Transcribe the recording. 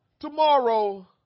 Tomorrow